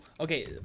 Okay